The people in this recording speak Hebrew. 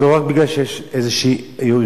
לא רק בגלל שיש איזה אירוע,